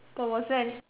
but was there any